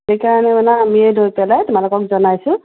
সেইকাৰণে মানে আমিয়ে লৈ পেলাই তোমালোকক জনাইছোঁ